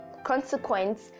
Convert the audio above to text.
consequence